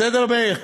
בסדר, מאיר?